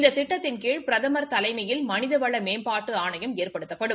இந்த திட்டத்தின் கீழ் பிரதம் தலைமையில் மனிதவள மேம்பாட்டு ஆணையம் ஏற்படுத்தப்படும்